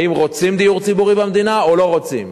האם רוצים דיור ציבורי במדינה או לא רוצים?